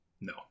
No